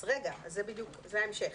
זה ההמשך,